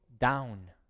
down